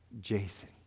Jason